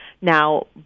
Now